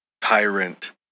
tyrant